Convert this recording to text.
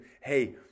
hey